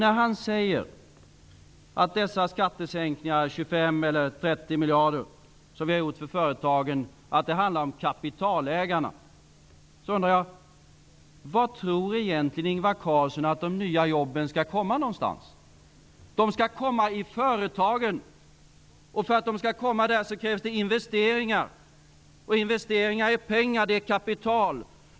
Ingvar Carlsson säger att de skattesänkningar om 25 eller 30 miljarder som vi har genomfört för företagen handlar om kapitalägarna. Jag undrar då: Var tror egentligen Ingvar Carlsson att de nya jobben skall skapas? De skall skapas i företagen, och för att de skall skapas där krävs investeringar, och investeringar är pengar, det är kapital.